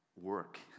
work